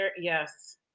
Yes